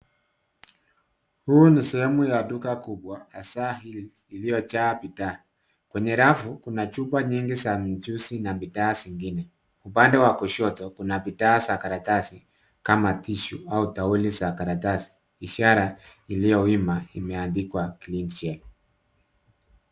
Huu ni sehemu ya duka kubwa hasaa hili, iliyojaa bidhaa. Kwenye rafu, kuna chupa nyingi za mchuzi na bidhaa zingine. Upande wa kushoto kuna bidhaa za karatasi kama tissue au tauli za karatasi. Ishara iliyowima imeandikwa clean shelf .